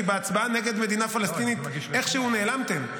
כי בהצבעה נגד מדינה פלסטינית איכשהו נעלמתם.